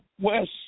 West